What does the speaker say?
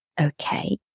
okay